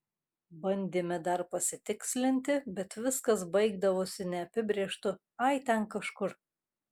bandėme dar pasitikslinti bet viskas baigdavosi neapibrėžtu ai ten kažkur